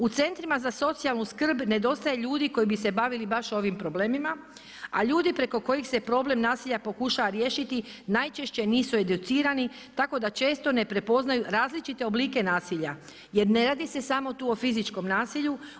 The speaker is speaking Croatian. U Centrima za socijalnu skrb nedostaje ljudi koji bi se bavili baš ovim problemima, a ljudi preko kojih se problem nasilja pokušava riješiti najčešće nisu educirani tako da često ne prepoznaju različite oblike nasilja, jer ne radi se samo tu o fizičkom nasilju.